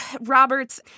roberts